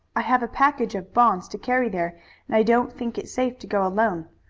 i have a package of bonds to carry there and i don't think it safe to go alone.